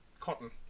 cotton